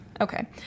okay